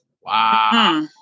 Wow